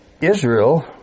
Israel